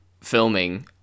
filming